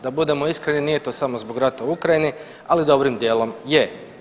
Da budemo iskreni nije to samo radi rata u Ukrajini, ali dobrim dijelom je.